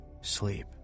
sleep